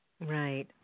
Right